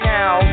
now